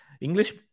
English